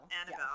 Annabelle